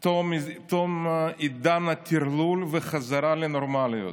את תום עידן הטרלול וחזרה לנורמליות.